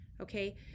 okay